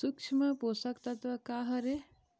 सूक्ष्म पोषक तत्व का हर हे?